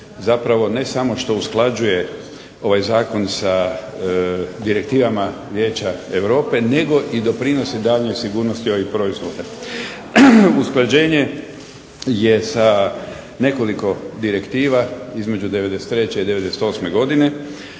zapravo ne samo što usklađuje ovaj Zakon sa direktivama Vijeća Europe, nego i doprinosi daljnjoj sigurnosti ovih proizvoda. Usklađenje je sa nekoliko direktiva između '93. I '98. godine,